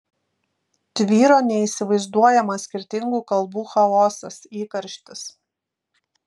tvyro neįsivaizduojamas skirtingų kalbų chaosas įkarštis